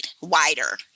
wider